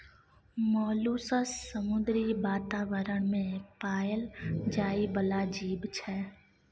molluscs समुद्री बातावरण मे पाएल जाइ बला जीब छै